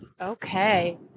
Okay